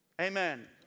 Amen